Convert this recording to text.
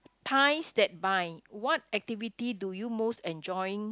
ties that bind what activity do you most enjoy